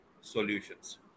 Solutions